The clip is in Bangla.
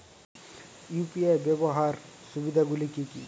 ইউ.পি.আই ব্যাবহার সুবিধাগুলি কি কি?